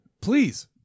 Please